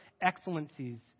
excellencies